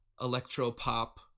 electro-pop